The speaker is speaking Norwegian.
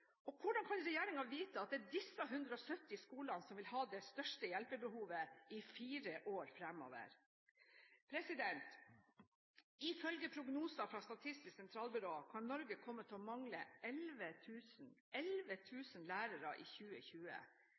Og hvordan kan regjeringen vite at det er disse 170 skolene som vil ha det største hjelpebehovet i fire år fremover? Ifølge prognoser fra Statistisk sentralbyrå kan Norge komme til å mangle 11 000 lærere i 2020